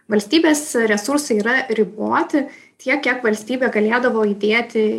valstybės resursai yra riboti tiek kiek valstybė galėdavo įdėti